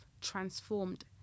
transformed